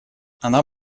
она